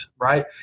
right